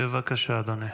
בבקשה, אדוני.